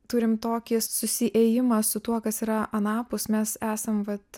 turim tokį susiėjimą su tuo kas yra anapus mes esam vat